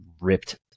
ripped